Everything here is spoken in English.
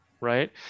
Right